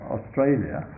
Australia